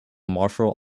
martial